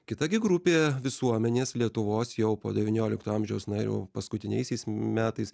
kita grupė visuomenės lietuvos jau po devyniolikto amžiaus na jau paskutiniaisiais metais